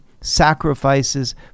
sacrifices